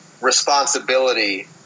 responsibility